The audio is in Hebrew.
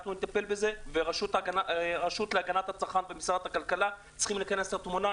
אנחנו נטפל בזה והרשות להגנת הצרכן במשרד הכלכלה צריכים להיכנס לתמונה.